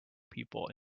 people